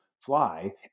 fly